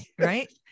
right